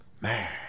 Man